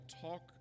talk